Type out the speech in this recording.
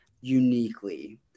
uniquely